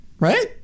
right